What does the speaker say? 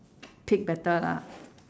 pig better lah